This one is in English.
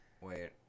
Wait